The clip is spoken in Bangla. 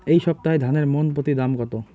এই সপ্তাহে ধানের মন প্রতি দাম কত?